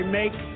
make